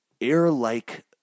air-like